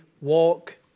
Walk